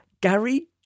Gary